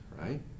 right